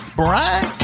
brian